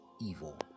evil